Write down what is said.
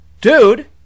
Dude